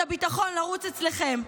יש את הביטחון לרוץ אצלכם,